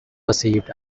perceived